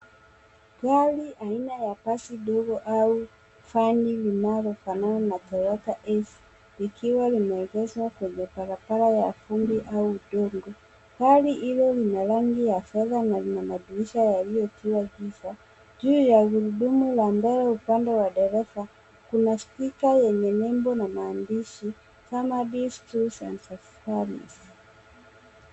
Gari aina ya basi dogo au vani linalofanana na Toyota Ace likiwa limeegezwa kwenye barabara ya vumbi au udongo. Gari hilo lina rangi ya fedha na lina madirisha yaliyotiwa giza. Juu ya guruduma la mbele upande wa dereva kuna stika yenye nembo na maandishi Canabis two cents service .